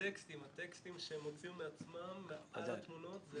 והטקסטים שהם הוציאו מעצמם, מעל התמונות.